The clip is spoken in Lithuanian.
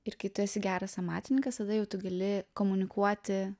ir kai tu esi geras amatininkas tada jau tu gali komunikuoti